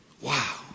Wow